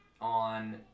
on